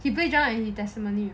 he plays drum at his testimony